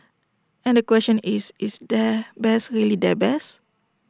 and the question is is their best really their best